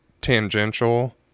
tangential